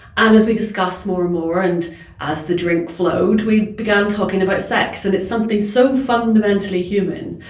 and as we discussed more and more and as the drink flowed, we began talking about sex. and it's something so fundamentally human,